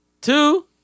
Two